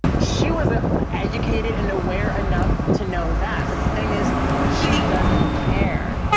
she was educated and aware enough to know that, but the thing is she doesn't care.